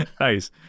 Nice